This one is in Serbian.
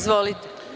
Izvolite.